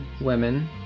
women